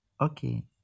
Okay